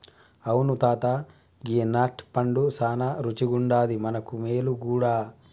అవును తాత గీ నట్ పండు సానా రుచిగుండాది మనకు మేలు గూడా